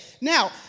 now